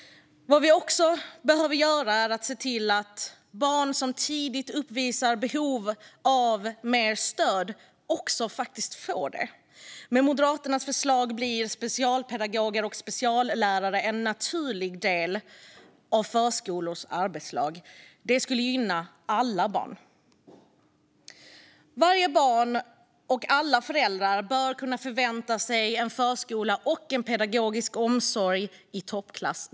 Vad vi också behöver göra är att se till att barn som tidigt uppvisar behov av mer stöd faktiskt får det. Med Moderaternas förslag blir specialpedagoger och speciallärare en naturlig del av förskolors arbetslag. Det skulle gynna alla barn. Varje barn och alla föräldrar bör kunna förvänta sig en förskola eller pedagogisk omsorg i toppklass.